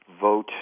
vote